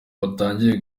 batangiye